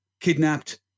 Kidnapped